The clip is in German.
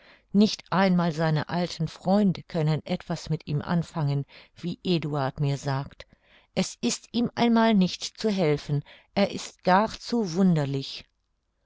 nicht einmal seine alten freunde können etwas mit ihm anfangen wie eduard mir sagt es ist ihm einmal nicht zu helfen er ist gar zu wunderlich